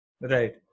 Right